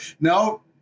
No